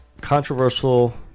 controversial